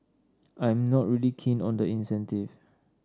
I'm not really keen on the incentive